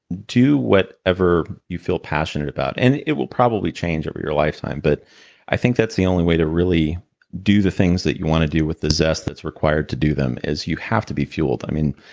do whatever you feel passionate about. and it it will probably change over your lifetime. but i think that's the only way to really do the things that you want to do with the zest that's required to do them, is you have to be fueled i mean,